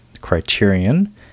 Criterion